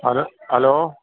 hello hello